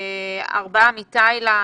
ארבעה מתאילנד.